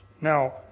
Now